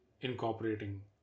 incorporating